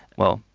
well,